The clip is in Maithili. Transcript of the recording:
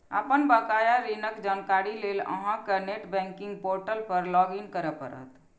अपन बकाया ऋणक जानकारी लेल अहां कें नेट बैंकिंग पोर्टल पर लॉग इन करय पड़त